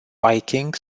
biking